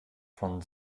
von